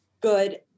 good